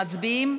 מצביעים?